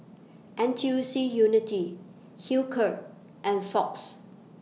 N T U C Unity Hilker and Fox